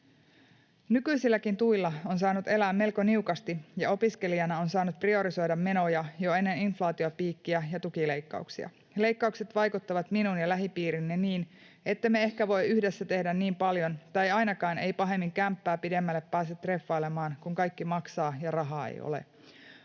”Nykyisilläkin tuilla on saanut elää melko niukasti, ja opiskelijana on saanut priorisoida menoja jo ennen inflaatiopiikkiä ja tukileikkauksia. Leikkaukset vaikuttavat minuun ja lähipiiriini niin, ettemme ehkä voi yhdessä tehdä niin paljon, tai ainakaan ei pahemmin kämppää pidemmälle pääse treffailemaan, kun kaikki maksaa ja rahaa ei ole.